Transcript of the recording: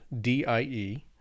D-I-E